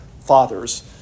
fathers